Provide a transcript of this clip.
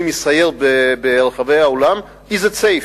מסייר ברחבי העולם היא: Is it safe?